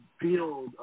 build